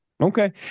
Okay